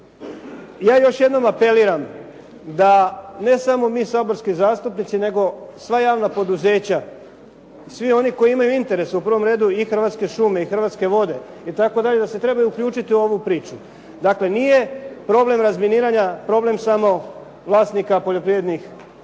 Ja još jednom apeliram da ne samo mi saborski zastupnici nego sva javna poduzeća, svi oni koji imaju interes u prvom redu i Hrvatske šume i Hrvatske vode itd., da se trebaju uključiti u ovu priču. Dakle, nije problem razminiranja problem samo vlasnika poljoprivrednog